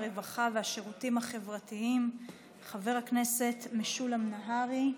הרווחה והשירותים החברתיים חבר הכנסת משולם נהרי.